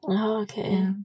okay